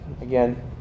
again